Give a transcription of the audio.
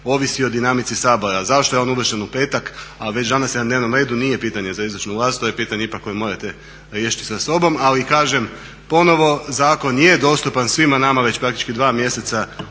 ovisi o dinamici Sabora, zašto je on uvršten u petak a već danas je na dnevnom redu nije pitanje za izvršnu vlast, to je pitanje ipak koje morate riješiti sa sobom. Ali kažem ponovo zakon je dostupan svima nama već praktički dva mjeseca